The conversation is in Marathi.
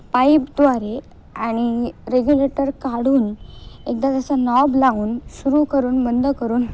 पाईपद्वारे आणि रेग्युलेटर काढून एकदा त्याचा नॉब लावून सुरू करून बंद करून